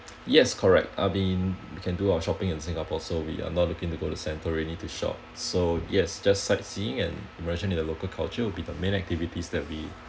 yes correct ah we we can do our shopping in singapore so we are not looking to go to santorini to shop so yes just sightseeing and immersion in the local culture will be the main activities that we